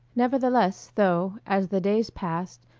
nevertheless, though, as the days passed,